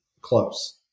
close